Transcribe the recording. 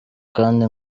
kandi